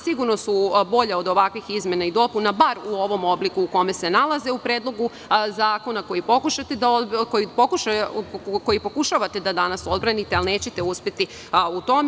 Sigurno su bolji od ovakvih izmena i dopuna, bar u ovom obliku u kome se nalaze u Predlogu zakona koji pokušavate da danas odbranite, ali nećete uspeti u tome.